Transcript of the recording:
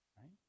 right